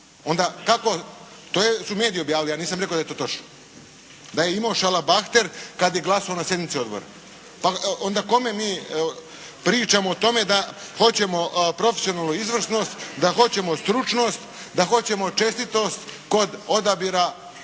Onda kako, to su mediji objavili, ja nisam rekao da je to točno. Da je imao šalabahter kad je glasovao na sjednici odbora. Onda kome mi pričamo o tome da hoćemo profesionalnu izvrsnost, da hoćemo stručnost, da hoćemo čestitost kod odabira sudaca